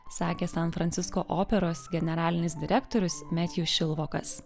sakė san francisko operos generalinis direktorius metju šilvokas